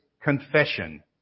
confession